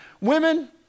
Women